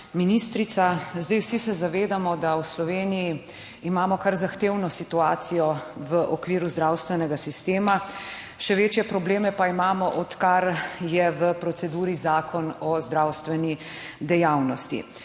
ministrica! Vsi se zavedamo, da imamo v Sloveniji kar zahtevno situacijo v okviru zdravstvenega sistema, še večje probleme pa imamo, odkar je v proceduri zakon o zdravstveni dejavnosti.